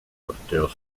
corteo